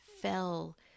Fell